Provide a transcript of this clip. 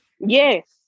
yes